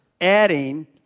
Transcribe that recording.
adding